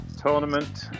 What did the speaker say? tournament